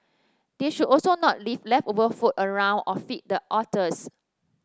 they should also not leave leftover food around or feed the otters